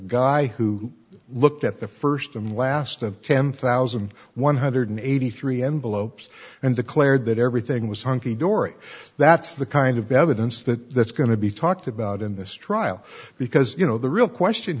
guy who looked at the first and last of ten thousand one hundred eighty three envelopes and the cleared that everything was hunky dory that's the kind of evidence that that's going to be talked about in this trial because you know the real question